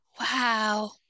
Wow